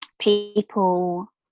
people